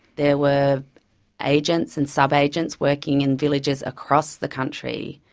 there were agents and subagents working in villages across the country,